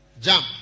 jump